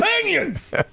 opinions